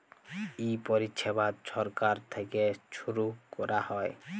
ই পরিছেবা ছরকার থ্যাইকে ছুরু ক্যরা হ্যয়